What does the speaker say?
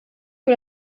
que